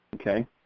Okay